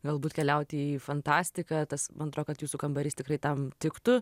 galbūt keliauti į fantastiką tas man atrodo kad jūsų kambarys tikrai tam tiktų